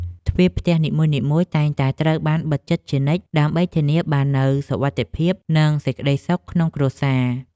ទ្វារផ្ទះនីមួយៗតែងតែត្រូវបានបិទជិតជានិច្ច ដើម្បីធានាបាននូវសុវត្ថិភាព និងសេចក្តីសុខក្នុងគ្រួសារ។